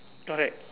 correct